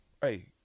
Hey